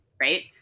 Right